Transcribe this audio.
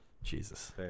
Jesus